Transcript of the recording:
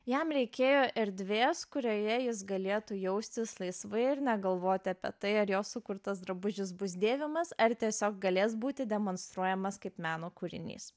jam reikėjo erdvės kurioje jis galėtų jaustis laisvai ir negalvoti apie tai ar jo sukurtas drabužis bus dėvimas ar tiesiog galės būti demonstruojamas kaip meno kūrinys